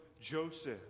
Joseph